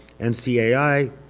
NCAI